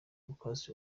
lucas